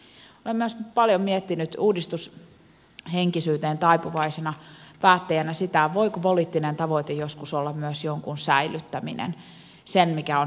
olen myös paljon miettinyt uudistushenkisyyteen taipuvaisena päättäjänä sitä voiko poliittinen tavoite joskus olla myös jonkin säilyttäminen sen mikä on hyvää